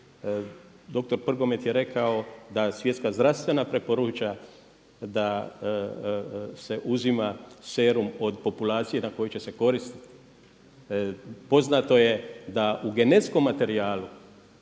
Doktor Prgomet je rekao da Svjetska zdravstvena preporuča da se uzima serum od populacije na koju će se korist. Poznato je da u genetskom materijalu,